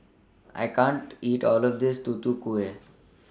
I can't eat All of This Tutu Kueh